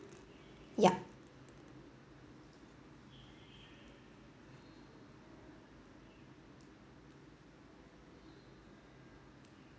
ya